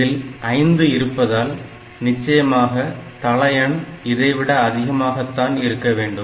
இதில் 5 இருப்பதால் நிச்சயமாக தளஎண் இதைவிட அதிகமாகத்தான் இருக்க வேண்டும்